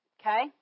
Okay